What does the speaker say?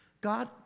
God